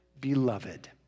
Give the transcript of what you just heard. beloved